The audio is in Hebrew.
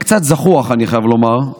הקצת-זחוח, אני חייב לומר,